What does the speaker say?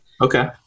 Okay